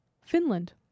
Finland